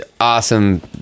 awesome